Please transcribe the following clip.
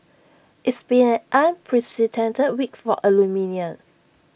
it's been an unprecedented week for aluminium